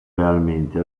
realmente